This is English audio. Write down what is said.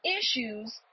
issues